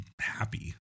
happy